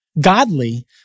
godly